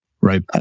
Right